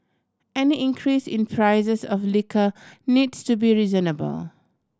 any increase in prices of liquor needs to be reasonable